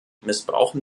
missbrauchen